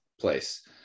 place